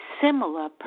similar